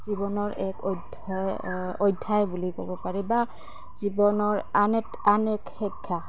জীৱনৰ এক অধ্যায় অধ্যয় বুলি ক'ব পাৰি বা জীৱনৰ আন এক আন এক শিক্ষা